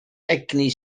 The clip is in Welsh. egni